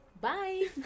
bye